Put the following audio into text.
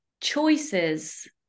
choices